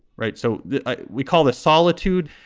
right. so we call this solitude.